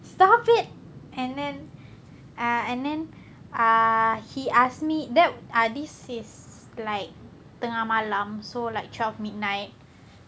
stop it and then and then ah he asked me that this is like tengah malam so like twelve midnight